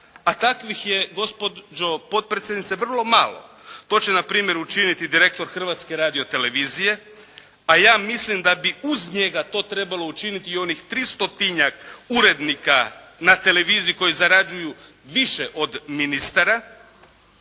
a takvih je gospođo potpredsjednice vrlo malo. To će npr. učiniti direktor Hrvatske radiotelevizije, a ja mislim da bi uz njega to trebalo učiniti i onih 300-tinjak urednika na televiziji koji zarađuju više od ministara,